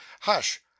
Hush